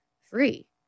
free